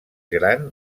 gran